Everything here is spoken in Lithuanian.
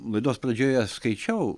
laidos pradžioje skaičiau